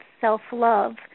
self-love